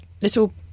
little